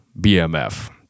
BMF